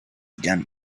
again